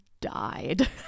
died